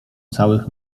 całych